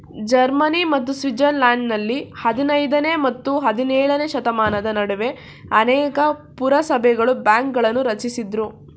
Germany ಮತ್ತು ಸ್ವಿಟ್ಜರ್ಲೆಂಡ್ನಲ್ಲಿ ಹದಿನೈದನೇ ಮತ್ತು ಹದಿನೇಳನೇಶತಮಾನದ ನಡುವೆ ಅನೇಕ ಪುರಸಭೆಗಳು ಬ್ಯಾಂಕ್ಗಳನ್ನ ರಚಿಸಿದ್ರು